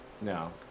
No